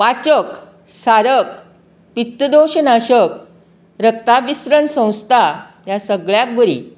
वाचक सारक पित्त दोश नाशक रक्ता बिश्रण संवस्था ह्या सगळ्याक बरी